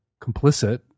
complicit